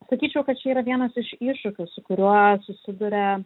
sakyčiau kad čia yra vienas iš iššūkių su kuriuo susiduria